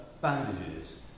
bandages